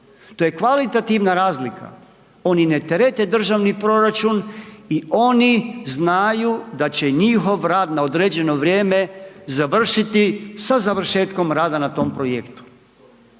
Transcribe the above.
to je kvalitativa razlika, oni ne terete državni proračun i oni znaju da će njihov rad na određeno vrijeme završiti sa završetkom rada na tom projektu.